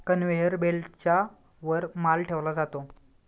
conveyor बेल्टच्या वर माल ठेवला जातो